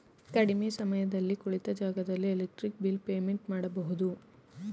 ಕಡಿಮೆ ಸಮಯದಲ್ಲಿ ಕುಳಿತ ಜಾಗದಲ್ಲೇ ಎಲೆಕ್ಟ್ರಿಕ್ ಬಿಲ್ ಪೇಮೆಂಟ್ ಮಾಡಬಹುದು